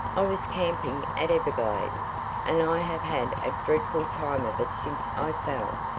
i was camping at everglade and i have had a dreadful time of it since i fell,